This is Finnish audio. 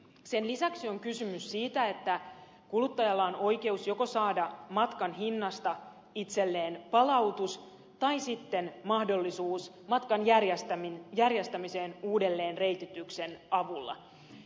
sen lisäksi on kysymys siitä että kuluttajalla on joko oikeus saada matkan hinnasta itselleen palautus tai sitten mahdollisuus matkan järjestämiseen uudelleenreitityksen avulla